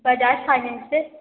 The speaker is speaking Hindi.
बजाज फ़ाइनेन्स से